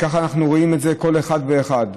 כך אנחנו רואים את זה, כל אחד ואחד.